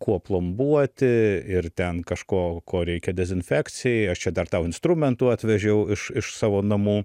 kuo plombuoti ir ten kažko ko reikia dezinfekcijai aš čia dar tau instrumentų atvežiau iš iš savo namų